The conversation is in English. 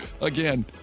again